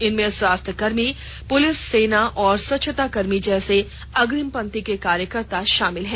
इनमें स्वास्थ्यकर्मी तथा पुलिस सेना और स्वच्छताकर्मी जैसे अग्रिम पंक्ति के कार्यकर्ता शामिल हैं